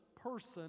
person